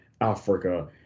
Africa